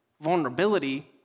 vulnerability